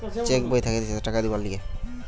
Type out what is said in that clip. check বই থাকতিছে টাকা দিবার লিগে